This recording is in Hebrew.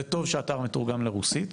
זה טוב שהאתר מתורגם לרוסית.